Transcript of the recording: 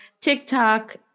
TikTok